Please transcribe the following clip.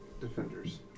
defenders